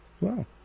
Wow